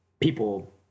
people